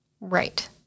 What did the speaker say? Right